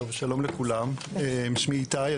שלום לכולם שמי איתי,